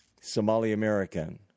Somali-American